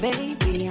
Baby